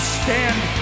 stand